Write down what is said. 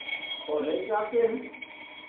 college जाते हैं